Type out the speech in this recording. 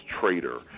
Traitor